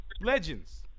Legends